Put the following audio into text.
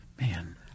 Man